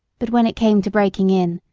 but when it came to breaking in,